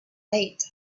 late